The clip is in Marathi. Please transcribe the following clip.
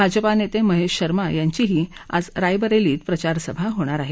भाजपा नेते महेश शर्मा यांचीही आज रायबरेलीत प्रचार सभा होणार आहे